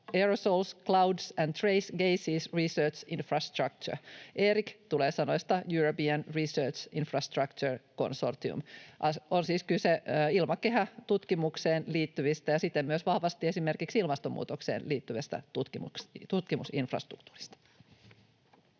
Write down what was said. Aerosols, Clouds and Trace Gases Research Infrastructure. ERIC tulee sanoista European Research Infrastructure Consortium. On siis kyse ilmakehätutkimukseen liittyvästä ja siten myös vahvasti esimerkiksi ilmastonmuutokseen liittyvästä tutkimusinfrastruktuurista.